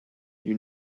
you